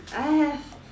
I have